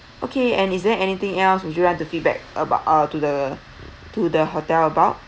okay and is there anything else which you want to feedback about uh to the to the hotel about